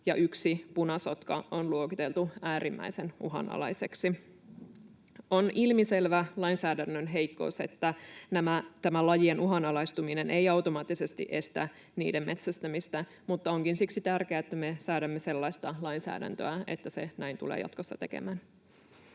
ja yksi, punasotka, on luokiteltu äärimmäisen uhanalaiseksi. On ilmiselvä lainsäädännön heikkous, että tämä lajien uhanalaistuminen ei automaattisesti estä niiden metsästämistä, mutta onkin siksi tärkeää, että me säädämme sellaista lainsäädäntöä, että se näin tulee jatkossa tekemään.